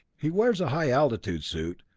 he wears a high altitude suit,